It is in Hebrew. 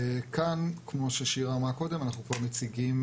כאן, כמו ששירה אמרה קודם, אנחנו כבר מציגים